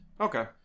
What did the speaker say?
Okay